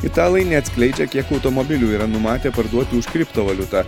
italai neatskleidžia kiek automobilių yra numatę parduoti už kriptovaliutą